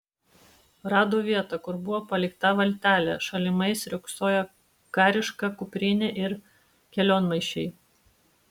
rado vietą kur buvo palikta valtelė šalimais riogsojo kariška kuprinė ir kelionmaišiai